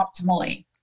optimally